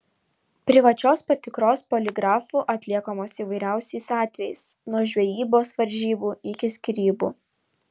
privačios patikros poligrafu atliekamos įvairiausiais atvejais nuo žvejybos varžybų iki skyrybų